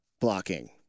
blocking